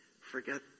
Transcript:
Forget